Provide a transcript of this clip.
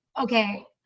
okay